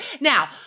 Now